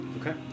Okay